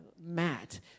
Matt